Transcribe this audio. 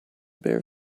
bare